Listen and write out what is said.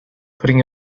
putting